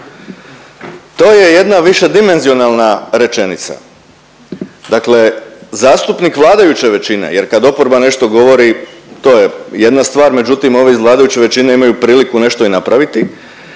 To je jedna višedimenzionalna rečenica. Dakle, zastupnik vladajuće većine jer kad oporba nešto govori to je jedna stvar, međutim ovi iz vladajuće većine imaju priliku nešto i napraviti,